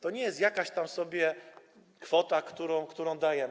To nie jest jakaś tam sobie kwota, którą dajemy.